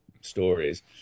stories